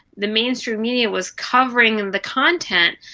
the mainstream media was covering and the content,